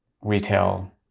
retail